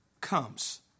comes